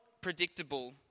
predictable